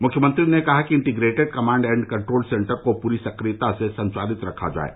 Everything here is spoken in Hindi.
मुख्यमंत्री ने कहा कि integrated command and control centre को पूरी सक्रियता से संचालित रखा जाये